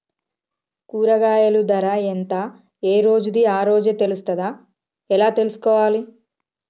కూరగాయలు ధర ఎంత ఏ రోజుది ఆ రోజే తెలుస్తదా ఎలా తెలుసుకోవాలి?